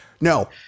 No